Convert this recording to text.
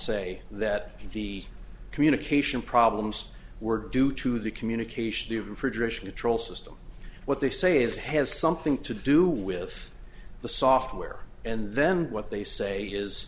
say that the communication problems were due to the communication the refrigeration the troll system what they say is it has something to do with the software and then what they say is